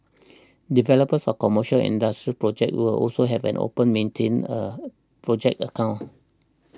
developers of commercial and industrial projects will also have and open maintain a project account